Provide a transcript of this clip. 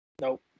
nope